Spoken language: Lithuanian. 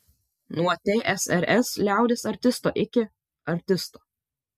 nuo tsrs liaudies artisto iki artisto